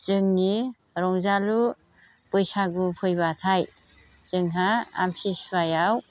जोंनि रंजालु बैसागु फैबाथाय जोंहा आमथिसुवायाव